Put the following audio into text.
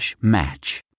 match